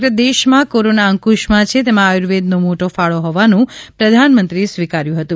સમગ્ર દેશમાં કોરોના અંક્રશમાં છે તેમાં આયુર્વેદનો મોટો ફાળો હોવાનું પ્રધામંત્રીએ સ્વીકાર્યું હતું